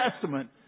testament